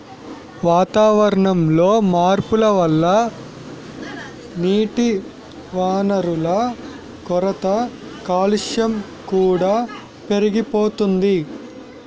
వాతావరణంలో మార్పుల వల్ల నీటివనరుల కొరత, కాలుష్యం కూడా పెరిగిపోతోంది